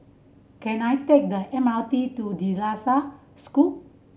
can I take the M R T to De La Salle School